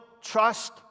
trust